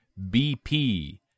BP